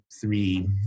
three